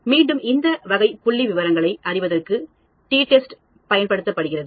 மீண்டும் இந்த வகை புள்ளி விவரங்களை அறிவதற்கு டி டெஸ்ட் பயன்படுத்தப்படுகிறது